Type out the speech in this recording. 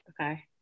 Okay